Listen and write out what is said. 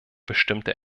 bestimmte